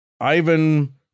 ivan